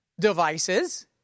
devices